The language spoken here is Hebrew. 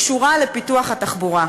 קשורה לפיתוח התחבורה.